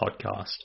podcast